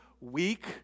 weak